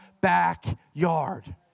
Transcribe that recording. backyard